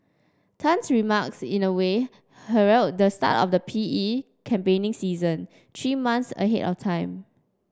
Tan's remarks in a way herald the start of the P E campaigning season three months ahead of time